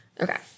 okay